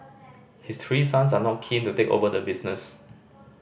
his three sons are not keen to take over the business